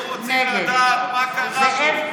נגד אנחנו רוצים לדעת מה קרה פה,